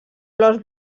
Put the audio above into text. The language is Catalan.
flors